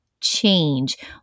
change